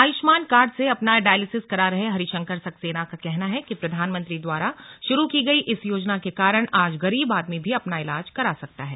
Ayushman card से अपना dialysis करा रहे हरिशंकर सक्सेना का कहना है कि प्रधानमंत्री द्वारा शुरू की गई इस योजना के कारण आज गरीब आदमी भी अपना इलाज करा सकता है